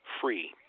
free